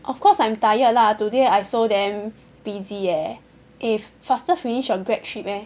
of course I'm tired lah today I so damn busy eh faster finish your grad trip eh